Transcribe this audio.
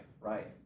right